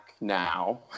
now